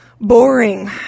boring